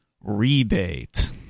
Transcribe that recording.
rebate